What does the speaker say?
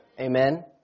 Amen